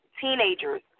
teenagers